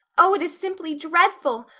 oh, it is simply dreadful!